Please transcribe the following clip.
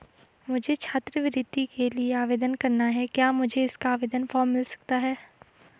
मुझे छात्रवृत्ति के लिए आवेदन करना है क्या मुझे इसका आवेदन फॉर्म मिल सकता है?